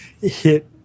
hit